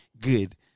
good